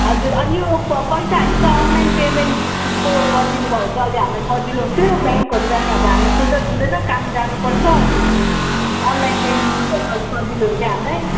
हजुर अनि यो पैसाहरू चाहिँ अनलाइन पेमेन्टको गरिदिनुभयो भने चाहिँ अहिले हामीलाई सजिलो हुन्थ्यो ब्याङ्कहरू जाने अब हामी फुर्सद हुँदैन काम जानुपर्छ होइन अनलाइन पेमेन्ट गर्दा अलिक सजिलो हुन्थ्यो हामीलाई